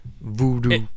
Voodoo